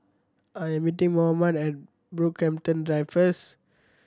I am meeting Mohamed at Brockhampton Drive first